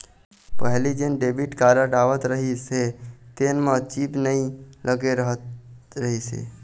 पहिली जेन debit card आवत रहिस हे तेन म चिप नइ लगे रहत रहिस हे